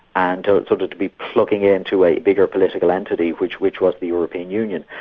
and so to to be plugging into a bigger political entity which which was the european union.